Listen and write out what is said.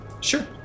Sure